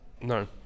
no